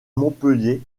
montpellier